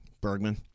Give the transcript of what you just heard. Bergman